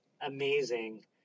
amazing